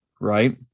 right